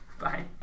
Bye